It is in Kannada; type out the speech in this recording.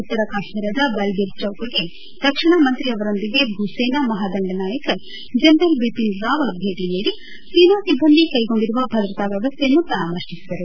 ಉತ್ತರ ಕಾಶ್ಮೀರದ ಬಲ್ಬೀರ್ ಚೌಕ್ಗೆ ರಕ್ಷಣಾ ಮಂತ್ರಿ ಅವರೊಂದಿಗೆ ಭೂಸೇನಾ ಮಹಾದಂಡ ನಾಯಕ ಜನರಲ್ ಬಿಪಿನ್ ರಾವತ್ ಭೇಟಿ ನೀಡಿ ಸೇನಾ ಸಿಬ್ಬಂದಿ ಕೈಗೊಂಡಿರುವ ಭದ್ರತಾ ವ್ಯವಸ್ಥೆಯನ್ನು ಪರಾಮರ್ಶಿಸಿದರು